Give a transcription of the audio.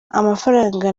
amafaranga